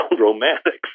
romantics